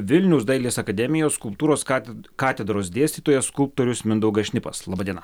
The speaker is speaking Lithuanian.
vilniaus dailės akademijos skulptūros kated katedros dėstytojas skulptorius mindaugas šnipas laba diena